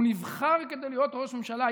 ונבחר כדי להיות ראש הממשלה,